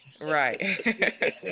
Right